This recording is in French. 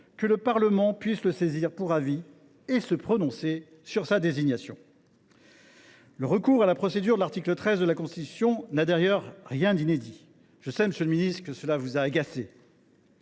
que le Parlement puisse le saisir pour avis et se prononcer sur sa désignation. Le recours à la procédure de l’article 13 de la Constitution n’a d’ailleurs rien d’inédit. Je sais, monsieur le ministre, que cela vous a agacé.